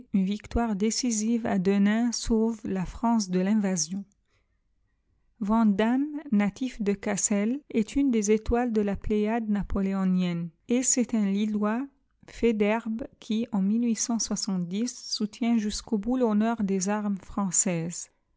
une victoire décisive à denain sauvent la france de l'invasion vandamme natif de cassel est une des étoiles de la pléiade napoléonienne et c'est un lillois faidherbe qui en soutient jusqu'au bout l'honneur des armes françaises